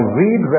read